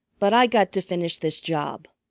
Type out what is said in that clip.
but i got to finish this job.